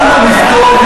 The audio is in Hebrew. באנו לפתור,